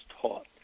taught